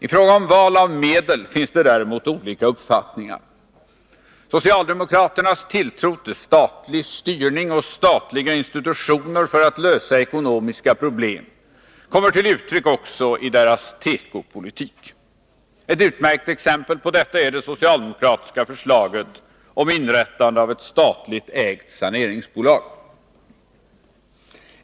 I fråga om val av medel finns det däremot olika uppfattningar. Socialdemokraternas tilltro till statlig styrning och statliga institutioner för att lösa ekonomiska problem kommer till uttryck också i deras tekopolitik. Ett utmärkt exempel på detta är det socialdemokratiska förslaget om inrättande av ett statligt ägt saneringsbolag.